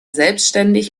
selbständig